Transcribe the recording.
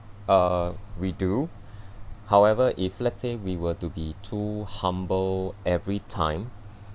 uh we do however if let's say we were to be too humble every time